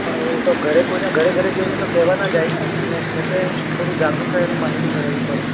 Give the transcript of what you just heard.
પણ એ હવે ઘરે કોઈના ઘરે ઘરે જઈને તો કહેવા ન જાય ને એમણે પોતે થોડું જાતે એની માહિતી મેળવવી પડે